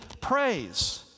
praise